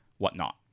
whatnot